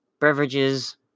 beverages